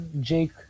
Jake